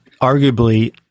arguably